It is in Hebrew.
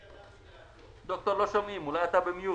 תודה רבה.